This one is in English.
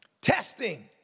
Testing